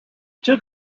took